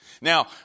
Now